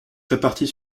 réparties